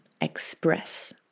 express